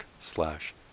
slash